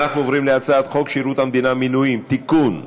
אנחנו עוברים להצעת חוק שירות המדינה (מינויים) (תיקון,